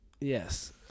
yes